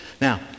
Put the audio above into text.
Now